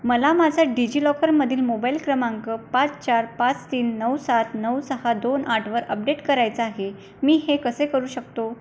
मला माझा ड्डिजिलॉकरमधील मोबाइल क्रमांक पाच चार पाच तीन नऊ सात नऊ सहा दोन आठवर अपडेट करायचा आहे मी हे कसे करू शकतो